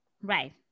Right